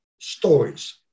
stories